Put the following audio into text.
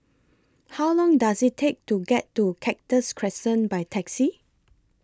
How Long Does IT Take to get to Cactus Crescent By Taxi